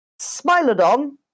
Smilodon